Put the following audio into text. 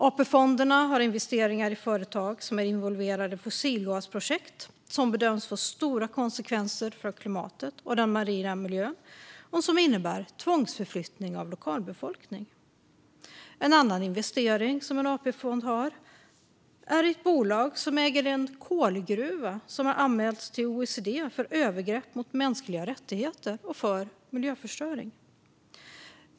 AP-fonderna har investeringar i företag som är involverade i fossilgasprojekt som bedöms få stora konsekvenser för klimatet och den marina miljön och innebär tvångsförflyttning av lokalbefolkning. En annan investering som en AP-fond har är i ett bolag som äger en kolgruva som har anmälts till OECD för övergrepp mot mänskliga rättigheter och för miljöförstöring.